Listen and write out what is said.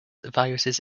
viruses